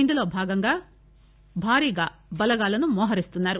ఇందులో భాగంగా భారీగా బలగాలను మోహరిస్తున్నారు